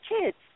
kids